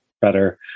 better